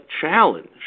Challenge